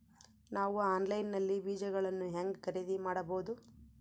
ನಾವು ಆನ್ಲೈನ್ ನಲ್ಲಿ ಬೇಜಗಳನ್ನು ಹೆಂಗ ಖರೇದಿ ಮಾಡಬಹುದು?